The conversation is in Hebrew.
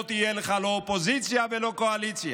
לא יהיו לך לא אופוזיציה ולא קואליציה.